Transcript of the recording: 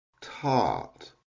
tart